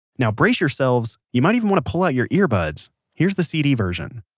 now brace yourself, you might even want to pull out your earbuds here's the cd version